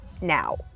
now